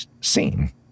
seen